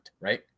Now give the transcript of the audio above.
right